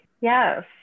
yes